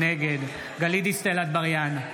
נגד גלית דיסטל אטבריאן,